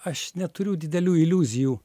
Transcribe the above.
aš neturiu didelių iliuzijų